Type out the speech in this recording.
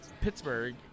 Pittsburgh